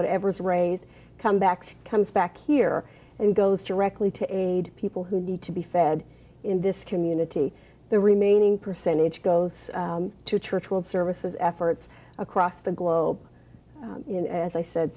whatever xrays come back he comes back here and goes directly to aid people who need to be fed in this community the remaining percentage goes to church well services efforts across the globe as i said